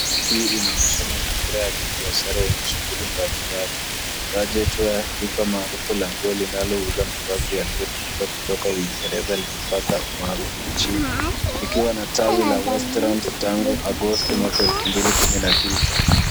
Hii inaonyesha mazingira ya kibiashara yenye shughuli mbalimbali. Budget Wea, duka maarufu la nguo linalouuza mavazi yaliyotoka Uingereza limepata umaarufu nchini likiwa na tawi la Westlands tangu Agosti 2019.